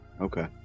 okay